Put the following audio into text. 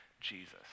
Jesus